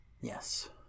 Yes